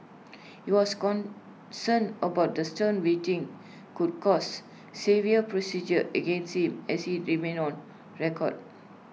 he was concerned about the stern waiting could cause severe prejudice against him as IT remained on record